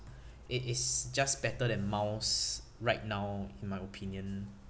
it is just better than miles right now in my opinion